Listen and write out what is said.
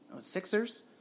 Sixers